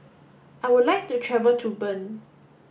I would like to travel to Bern